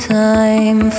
time